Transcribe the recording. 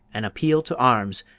an appeal to arms,